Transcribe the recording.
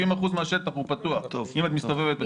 70 אחוזים מהשטח הוא פתוח, אם את מסתובבת במקום.